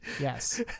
yes